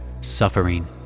suffering